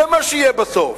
זה מה שיהיה בסוף.